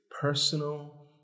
personal